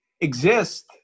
exist